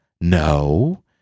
No